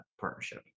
partnership